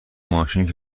ماشین